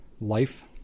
life